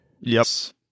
yes